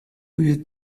you